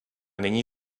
není